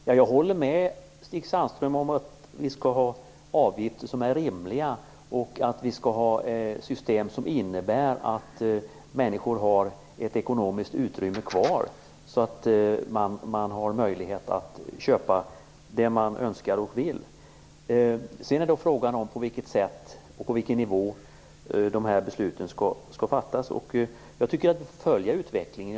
Herr talman! Jag håller med Stig Sandström om att vi skall ha avgifter som är rimliga och att vi skall ha system som innebär att människor har ett ekonomiskt utrymme kvar, så att de har möjlighet att köpa det som de önskar. Sedan är frågan på vilket sätt och på vilken nivå som dessa beslut skall fattas. Vi får följa utvecklingen.